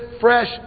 fresh